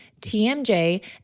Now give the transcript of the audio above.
TMJ